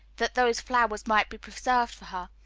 that those flowers might be preserved for her.